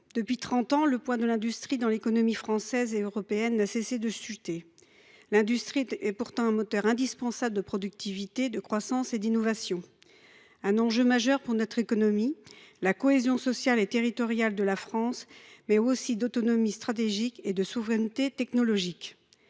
depuis trente ans, le poids de l’industrie dans l’économie française et européenne n’a cessé de chuter. L’industrie est pourtant un moteur indispensable de productivité, de croissance et d’innovation. Elle représente un enjeu majeur pour notre économie, pour la cohésion sociale et territoriale de la France, mais aussi pour notre autonomie stratégique et notre souveraineté technologique.